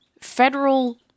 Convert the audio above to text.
federal